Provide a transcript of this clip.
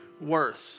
worth